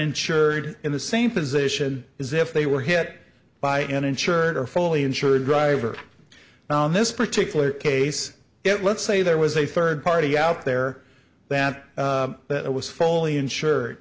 insured in the same position is if they were hit by an insured or fully insured driver now in this particular case it let's say there was a third party out there that it was fully insure